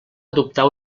adoptar